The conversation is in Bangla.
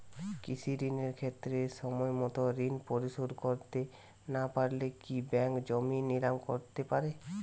কৃষিঋণের ক্ষেত্রে সময়মত ঋণ পরিশোধ করতে না পারলে কি ব্যাঙ্ক জমি নিলাম করতে পারে?